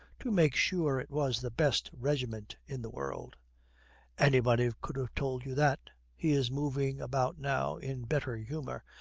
to make sure it was the best regiment in the world anybody could have told you that he is moving about now in better humour,